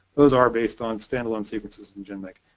those are based on standalone sequences in genbank.